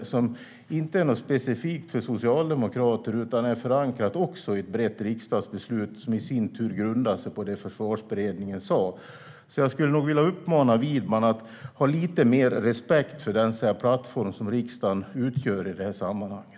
Det är inte något specifikt för socialdemokrater, utan det är också förankrat i ett brett riksdagsbeslut som i sin tur grundar sig på det som Försvarsberedningen sa. Jag skulle nog vilja uppmana Widman att ha lite mer respekt för den plattform som riksdagen utgör i det här sammanhanget.